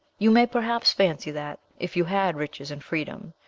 you may perhaps fancy that, if you had riches and freedom,